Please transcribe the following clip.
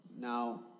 Now